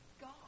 God